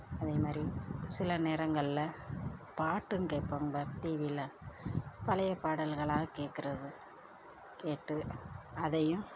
அதே மாதிரி சில நேரங்களில் பாட்டும் கேட்பேங்க டிவியில் பழைய பாடல்களாக கேட்கறது கேட்டு அதையும்